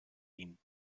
ihn